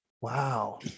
Wow